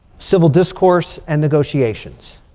civil discourse and negotiations.